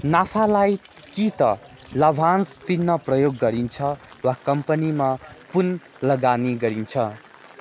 नाफालाई कि त लाभांश तिर्न प्रयोग गरिन्छ वा कम्पनीमा पुन लगानी गरिन्छ